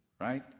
Right